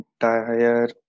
entire